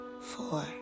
four